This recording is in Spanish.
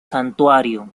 santuario